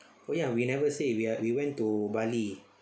oh ya we never say we are we went to bali